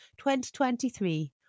2023